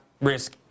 risk